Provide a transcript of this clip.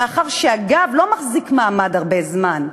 מאחר שהגב לא מחזיק מעמד הרבה זמן.